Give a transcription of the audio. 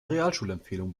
realschulempfehlung